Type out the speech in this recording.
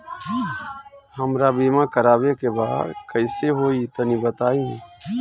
हमरा बीमा करावे के बा कइसे होई तनि बताईं?